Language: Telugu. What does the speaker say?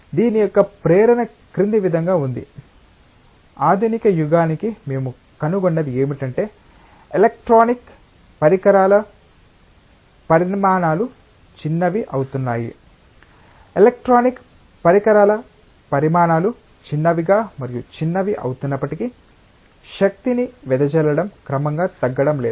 దీని యొక్క ప్రేరణ క్రింది విధంగా ఉంది ఆధునిక యుగానికి మేము కనుగొన్నది ఏమిటంటే ఎలక్ట్రానిక్ పరికరాల పరిమాణాలు చిన్నవి అవుతున్నాయి ఎలక్ట్రానిక్ పరికరాల పరిమాణాలు చిన్నవిగా మరియు చిన్నవి అవుతున్నప్పటికీ శక్తి వెదజల్లడం క్రమంగా తగ్గడం లేదు